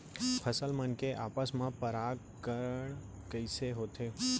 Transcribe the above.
फसल मन के आपस मा परागण कइसे होथे?